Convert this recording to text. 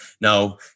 Now